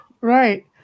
Right